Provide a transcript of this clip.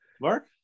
Mark